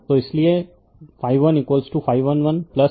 तो इसलिए 12 total flux हैं